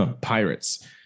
pirates